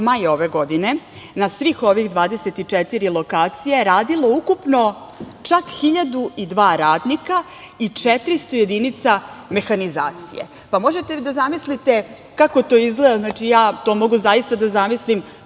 maja ove godine na svih 24 lokacije radilo ukupno čak 1.002 radnika i 400 jedinica mehanizacije. Možete li da zamislite kako to izgleda? Ja to mogu da zamislim